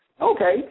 Okay